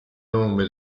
nome